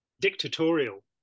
dictatorial